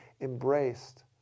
embraced